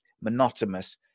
monotonous